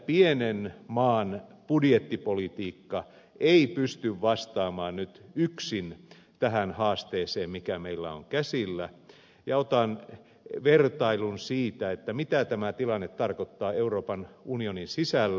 pienen maan budjettipolitiikka ei pysty vastaamaan nyt yksin tähän haasteeseen mikä meillä on käsillä ja otan vertailun siitä mitä tämä tilanne tarkoittaa euroopan unionin sisällä